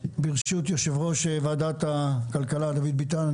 ברשות יושב ראש ועדת הכלכלה דוד ביטן,